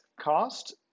cost